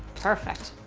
perfect.